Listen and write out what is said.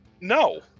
No